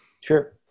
Sure